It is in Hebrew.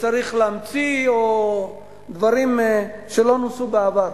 שצריך להמציא או דברים שלא נוסו בעבר.